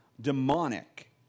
demonic